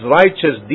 righteous